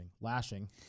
lashing